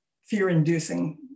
fear-inducing